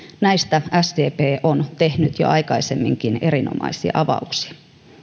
näistä sdp on tehnyt jo aikaisemminkin erinomaisia avauksia